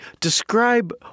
describe